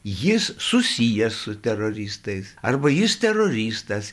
jis susijęs su teroristais arba jis teroristas